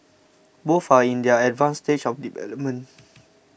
both are in their advanced stage of development